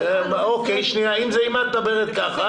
אם את מדברת ככה,